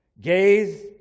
gaze